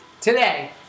Today